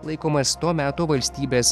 laikomas to meto valstybės